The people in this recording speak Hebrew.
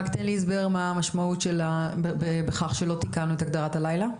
רק תן לי הסבר מה המשמעות בכך שלא תיקנו את הגדרת הלילה?